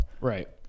Right